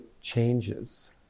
changes